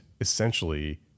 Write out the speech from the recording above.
essentially